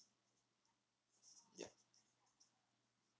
ya